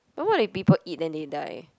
but what if people eat then they die